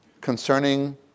Concerning